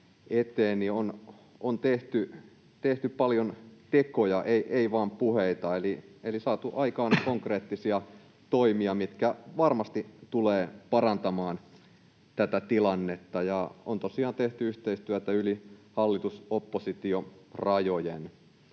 on tehty paljon tekoja, ei vain puheita, eli on saatu aikaan konkreettisia toimia, mitkä varmasti tulevat parantamaan tätä tilannetta, ja on tosiaan tehty yhteistyötä yli hallitus—oppositiorajojen.